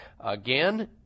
Again